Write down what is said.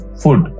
food